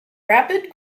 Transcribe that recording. rapid